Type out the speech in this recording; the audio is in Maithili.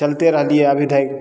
चलते रहलियै अभी धरि